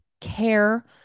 care